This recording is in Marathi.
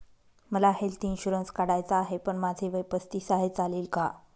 मला हेल्थ इन्शुरन्स काढायचा आहे पण माझे वय पस्तीस आहे, चालेल का?